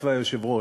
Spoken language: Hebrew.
את והיושב-ראש.